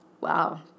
wow